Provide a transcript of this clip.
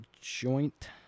joint